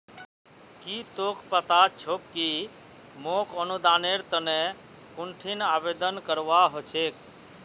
की तोक पता छोक कि मोक अनुदानेर तने कुंठिन आवेदन करवा हो छेक